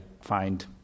find